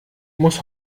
muss